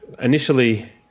initially